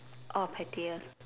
oh pettiest